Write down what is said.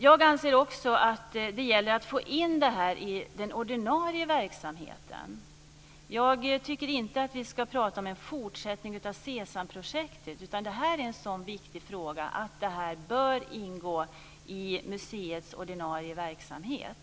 Jag anser också att det gäller att få in det här i den ordinarie verksamheten. Jag tycker inte att vi ska prata om en fortsättning av SESAM-projektet, utan det här är en så viktig fråga att det här bör ingå i museets ordinarie verksamhet.